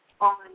on